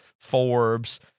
Forbes